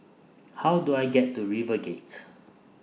How Do I get to RiverGate